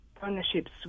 partnerships